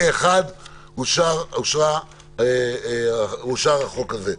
פה אחד אושר החוק הזה.